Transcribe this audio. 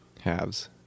Halves